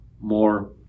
more